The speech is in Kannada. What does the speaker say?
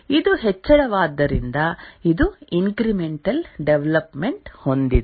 ಇದು ಹೆಚ್ಚಳವಾದ್ದರಿಂದ ಇದು ಇಂಕ್ರಿಮೆಂಟಲ್ ಡೆವಲಪ್ಮೆಂಟ್ ಹೊಂದಿದೆ